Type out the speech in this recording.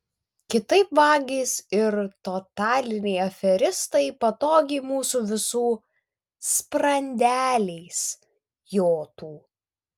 kitaip vagys ir totaliniai aferistai patogiai mūsų visų sprandeliais jotų